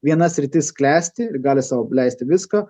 viena sritis klesti ir gali sau leisti viską